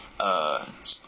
err